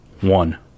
one